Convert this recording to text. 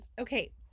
okay